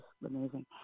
amazing